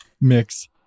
mix